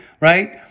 right